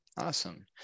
Awesome